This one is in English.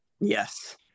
Yes